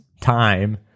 time